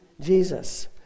Jesus